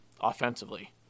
offensively